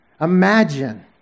Imagine